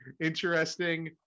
interesting